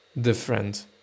different